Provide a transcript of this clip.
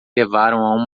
levaram